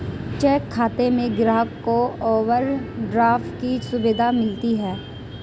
चालू खाता में ग्राहक को ओवरड्राफ्ट की सुविधा मिलती है